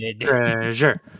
treasure